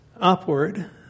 upward